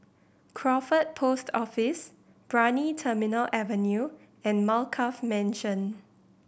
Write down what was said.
Crawford Post Office Brani Terminal Avenue and Alkaff Mansion